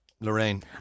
Lorraine